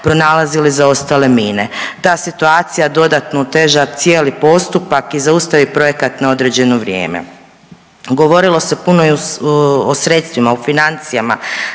pronalazili zaostale mine. Ta situacija dodatno oteža cijeli postupak i zaustavi projekat na određeno vrijeme. Govorilo se puno i o sredstvima, o financijama.